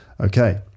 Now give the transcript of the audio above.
Okay